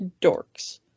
Dorks